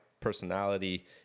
personality